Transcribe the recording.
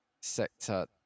sector